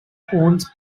owns